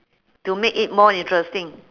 to make it more interesting